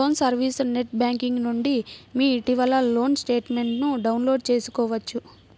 loan service net banking నుండి మీ ఇటీవలి లోన్ స్టేట్మెంట్ను డౌన్లోడ్ చేసుకోవచ్చు